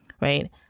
Right